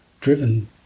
driven